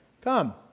come